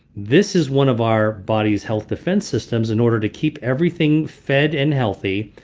this is one of our body's health defense systems in order to keep everything fed and healthy,